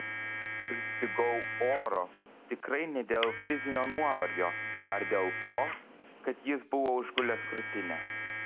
pristigau oro tikrai ne dėl fizinio nuovargio ar dėl to kad jis buvo užgulęs krūtinę